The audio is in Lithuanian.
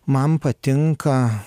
man patinka